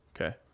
Okay